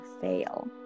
fail